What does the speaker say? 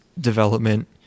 development